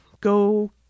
go